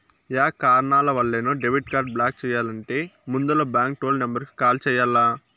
yeah కారణాలవల్లైనా debit card block చెయ్యాలంటే ముందల బాంకు టోల్ నెంబరుకు కాల్ చెయ్యాల్ల